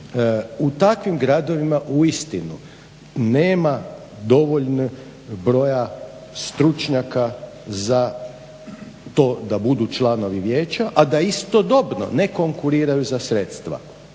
U takvim gradovima uistinu nema dovoljnog broja stručnjaka za to da budu članovi vijeća, a da istodobno ne konkuriraju za sredstva.